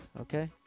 Okay